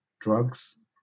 drugs